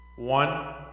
One